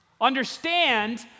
Understand